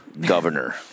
governor